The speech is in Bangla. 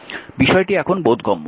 বিষয়টি এখন বোধগম্য